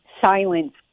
silence